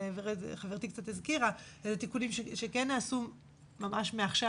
חברתי הזכירה קצת איזה תיקונים שכן נעשו ממש מעכשיו